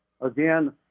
Again